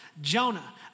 Jonah